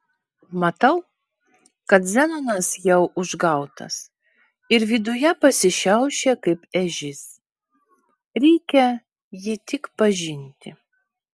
matau kad zenonas jau užgautas ir viduje pasišiaušė kaip ežys reikia jį tik pažinti